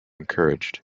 encouraged